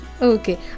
Okay